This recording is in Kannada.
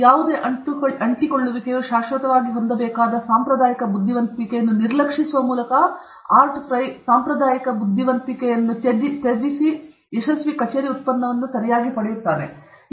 ಯಾವುದೇ ಅಂಟಿಕೊಳ್ಳುವಿಕೆಯು ಶಾಶ್ವತವಾಗಿ ಹೊಂದಬೇಕಾದ ಸಾಂಪ್ರದಾಯಿಕ ಬುದ್ಧಿವಂತಿಕೆಯನ್ನು ನಿರ್ಲಕ್ಷಿಸುವ ಮೂಲಕ ಆರ್ಟ್ ಫ್ರೈ ಸಾಂಪ್ರದಾಯಿಕ ಬುದ್ಧಿವಂತಿಕೆಯಿಂದ ವಿಚ್ಛೇದನಗೊಂಡು ಯಶಸ್ವಿ ಕಚೇರಿ ಉತ್ಪನ್ನವನ್ನು ಸರಿಯಾಗಿ ಪಡೆಯುತ್ತಾನೆ